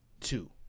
Two